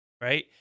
right